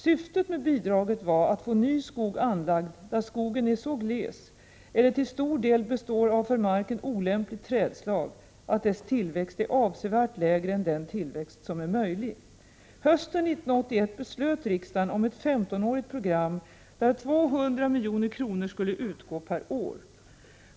Syftet med bidraget var att få ny skog anlagd där 7 skogen är så gles eller till stor del består av för marken olämpligt trädslag att dess tillväxt är avsevärt lägre än den tillväxt som är möjlig. Hösten 1981 beslöt riksdagen om ett 15-årigt program, där 200 milj.kr. skulle utgå per år.